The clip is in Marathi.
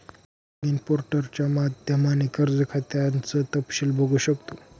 लॉगिन पोर्टलच्या माध्यमाने कर्ज खात्याचं तपशील बघू शकतो